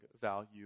value